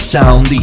Sound